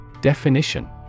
Definition